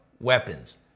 weapons